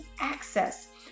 access